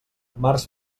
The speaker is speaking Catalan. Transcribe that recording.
març